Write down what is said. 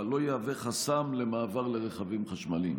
לא יהווה חסם למעבר לרכבים חשמליים?